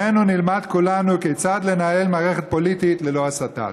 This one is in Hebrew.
ממנו נלמד כולנו כיצד לנהל מערכת פוליטית ללא הסתה.